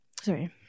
sorry